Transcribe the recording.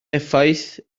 effaith